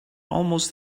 almost